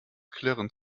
klirren